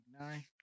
Nine